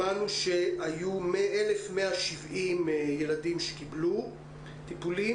שמענו שהיו 1,170 ילדים שקיבלו טיפולים